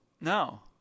No